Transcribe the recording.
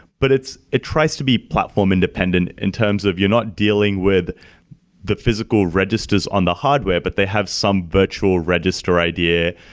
but it tries to be platform independent in terms of you're not dealing with the physical registers on the hardware, but they have some virtual register idea,